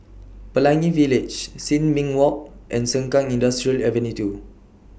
Pelangi Village Sin Ming Walk and Sengkang Industrial Avenue two